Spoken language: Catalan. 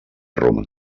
roma